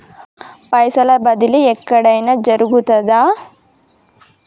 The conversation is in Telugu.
పైసల బదిలీ ఎక్కడయిన జరుగుతదా?